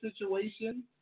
situation